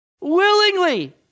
Willingly